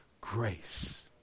grace